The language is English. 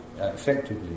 effectively